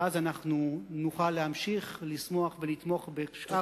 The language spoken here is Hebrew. ואז נוכל להמשיך לשמוח ולתמוך בשאר